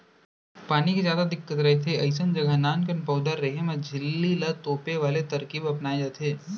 पानी के जादा दिक्कत रहिथे अइसन जघा नानकन पउधा रेहे म झिल्ली ल तोपे वाले तरकीब अपनाए जाथे